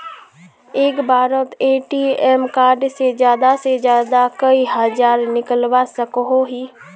एक बारोत ATM card से ज्यादा से ज्यादा कई हजार निकलवा सकोहो ही?